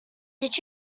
did